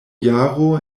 jaro